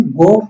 go